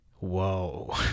Whoa